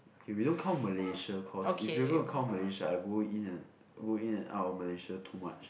okay we don't count Malaysia cause if you gonna count Malaysia I go in and I go in and out of Malaysia too much